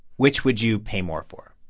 which would you pay more for?